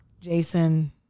Jason